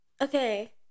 okay